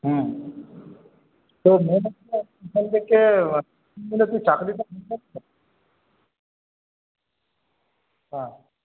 হুম চাকরি বাকরি হ্যাঁ